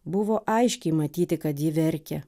buvo aiškiai matyti kad ji verkė